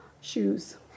Shoes